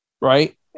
Right